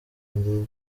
nziza